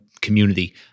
community